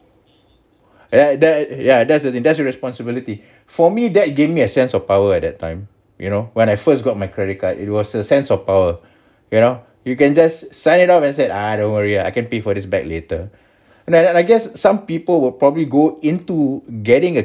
yeah that ya that's the thing that's the responsibility for me that gave me a sense of power that time you know when I first got my credit card it was a sense of power you know you can just sign it up and said I don't worry I can pay for this back later and and I guess some people will probably go into getting a